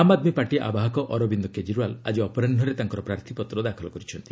ଆମ ଆଦମୀ ପାର୍ଟି ଆବାହକ ଅରବିନ୍ଦ କେଜରିଓ୍ବାଲ ଆଜି ଅପରାହୁରେ ତାଙ୍କର ପ୍ରାର୍ଥୀପତ୍ର ଦାଖଲ କରିଛନ୍ତି